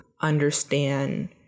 understand